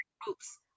groups